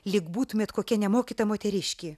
lyg būtumėt kokia nemokyta moteriškė